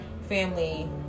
family